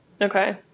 Okay